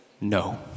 no